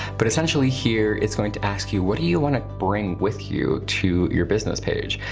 but essentially here it's going to ask you, what do you wanna bring with you to your business page?